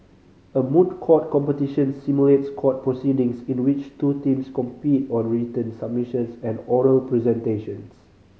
a moot court competition simulates court proceedings in which two teams compete on written submissions and oral presentations